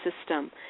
system